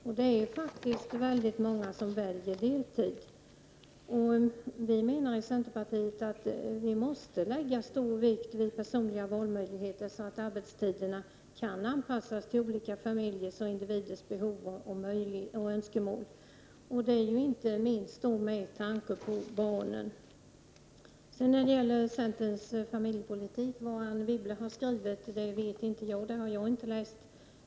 Och det är faktiskt väldigt många som väljer att arbeta deltid. Vi i centerpartiet menar att man måste lägga stor vikt vid personliga valmöjligheter så att arbetstiderna kan anpassas till olika familjers och individers behov och önskemål. Detta gäller inte minst med tanke på barnen. Vad Anne Wibble har skrivit har jag inte läst.